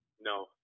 No